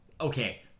okay